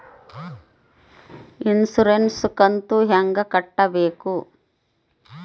Insurance ಕಂತು ಹೆಂಗ ಕಟ್ಟಬೇಕು?